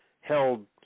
held